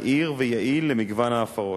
מהיר ויעיל למגוון ההפרות.